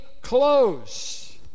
close